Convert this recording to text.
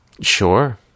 Sure